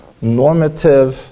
normative